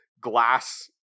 glass